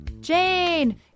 Jane